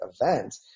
event